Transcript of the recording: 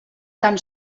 tan